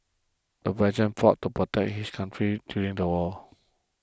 the veteran fought to protect his country during the war